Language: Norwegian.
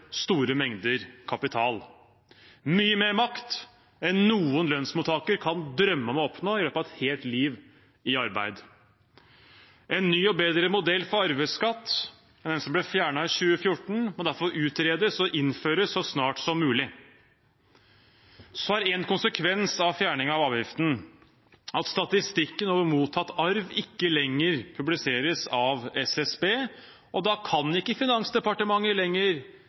store mengder kapital – mye mer makt enn noen lønnsmottaker kan drømme om å oppnå i løpet av et helt liv i arbeid. En ny og bedre modell for arveskatt enn den som ble fjernet i 2014, må derfor utredes og innføres så snart som mulig. Én konsekvens av fjerningen av avgiften er at statistikken over mottatt arv ikke lenger publiseres av SSB, og da kan ikke Finansdepartementet lenger